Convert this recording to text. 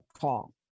call